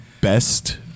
Best